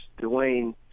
Dwayne